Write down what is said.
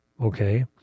Okay